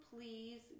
please